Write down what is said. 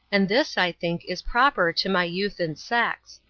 and this, i think, is proper to my youth and sex.